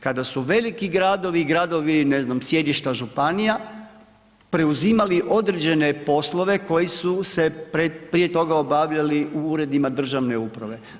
Kada su veliki gradovi i gradovi ne znam, sjedišta županija preuzimali određene poslove koji su se prije toga obavljali u uredima državne uprave.